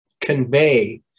convey